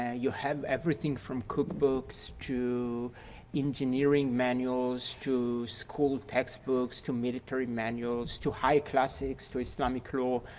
ah you have everything from cookbooks to engineering manuals to school textbooks to military manuals to high classics to islamic law.